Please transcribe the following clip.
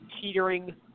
teetering